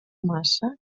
massa